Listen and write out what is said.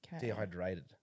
dehydrated